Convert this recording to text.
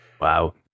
Wow